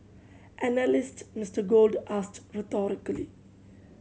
analyst Mister Gold asked rhetorically